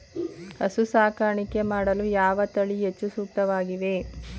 ಹಸು ಸಾಕಾಣಿಕೆ ಮಾಡಲು ಯಾವ ತಳಿ ಹೆಚ್ಚು ಸೂಕ್ತವಾಗಿವೆ?